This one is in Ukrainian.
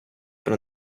про